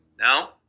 Now